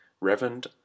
Reverend